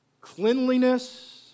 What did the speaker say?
Cleanliness